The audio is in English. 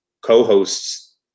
co-hosts